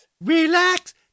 Relax